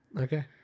Okay